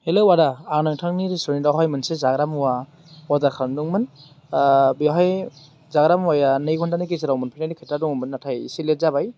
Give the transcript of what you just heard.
hello आदा आं नोंथांनि रेसटुरेन्टआवहाय मोनसे जाग्रा मुवा अर्डार खालामदोंमोन बेवहाय जाग्रा मुवाया नै घन्टानि गेजेराव मोनफैनायनि खोथा दङमोन नाथाइ इसे लेट जाबाय